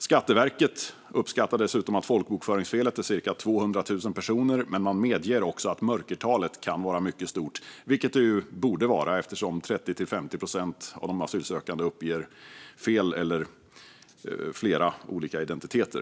Skatteverket uppskattar dessutom att folkbokföringsfelet är cirka 200 000 personer men medger att mörkertalet kan vara mycket stort - vilket det ju borde vara eftersom 30-50 procent av de asylsökande uppger fel identitet eller flera olika identiteter.